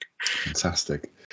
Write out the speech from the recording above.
Fantastic